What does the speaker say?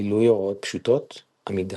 מילוי הוראות פשוטות, עמידה.